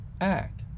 Act